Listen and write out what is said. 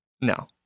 No